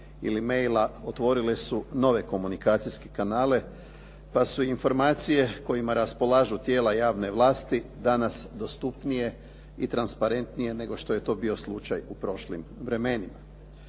ili e-maila otvorile su nove komunikacijske kanale, pa su informacije kojima raspolažu tijela javne vlasti danas dostupnije i transparentnije nego što je to bio slučaj u prošlim vremenima.